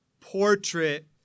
portrait